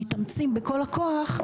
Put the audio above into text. מתאמצים בכל הכוח,